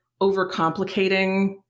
Overcomplicating